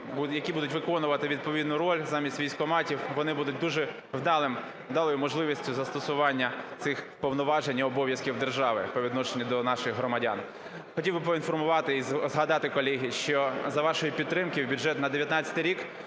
які будуть виконувати відповідну роль замість військкоматів, вони будуть дуже вдалою можливістю застосування цих повноважень і обов'язків держави по відношенню до наших громадян. Хотів би поінформувати і загадати, колеги, що за вашої підтримки у бюджет на 19-й рік